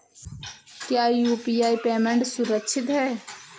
क्या UPI payment सुरक्षित है?